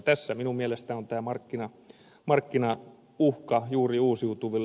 tässä minun mielestäni on juuri tämä markkinauhka uusiutuville